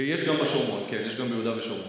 יש גם בשומרון, יש גם ביהודה ושומרון.